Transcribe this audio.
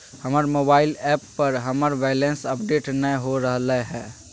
हमर mobile app पर हमर बैलेंस अपडेट नय हो रहलय हें